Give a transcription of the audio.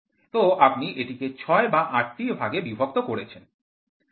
তো আপনি এটিকে ৬ বা ৮ টি ভাগে বিভক্ত করছেন